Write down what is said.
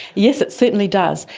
yes, it certainly does.